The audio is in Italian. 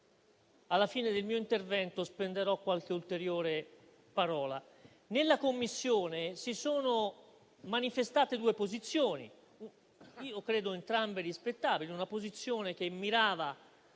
alla fine del mio intervento spenderò qualche ulteriore parola. Nella Commissione si sono manifestate due posizioni, io credo entrambe rispettabili: una posizione che mirava